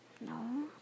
No